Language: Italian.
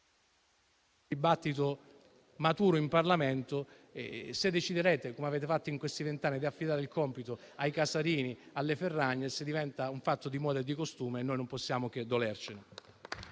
dibattito maturo in Parlamento. Se deciderete, come avete fatto in questi vent'anni, di affidare il compito ai vari Casarini e Ferragnez, diventerà un fatto di moda e di costume e noi non possiamo che dolercene.